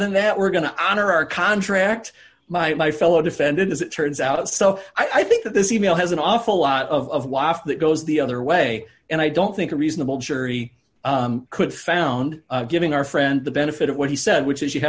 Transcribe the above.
than that we're going to honor our contract by my fellow defendant as it turns out so i think that this e mail has an awful lot of waff that goes the other way and i don't think a reasonable jury could found giving our friend the benefit of what he said which is you